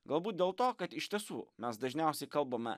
galbūt dėl to kad iš tiesų mes dažniausiai kalbame